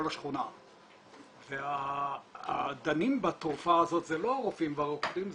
השכונה והדנים בתרופה הזאת זה לא הרופאים והרוקחים,